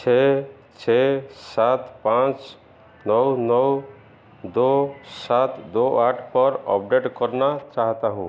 छह छह सात पाँच नौ नौ दो सात दो आठ पर अपडेट करना चाहता हूँ